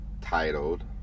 titled